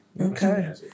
Okay